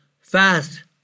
fast